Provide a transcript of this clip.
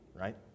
right